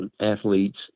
athletes